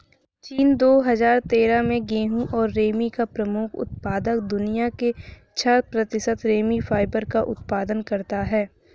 चीन, दो हजार तेरह में गेहूं और रेमी का प्रमुख उत्पादक, दुनिया के छह प्रतिशत रेमी फाइबर का उत्पादन करता है